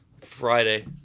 Friday